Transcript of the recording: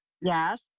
Yes